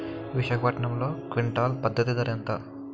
విశాఖపట్నంలో క్వింటాల్ పత్తి ధర ఎంత?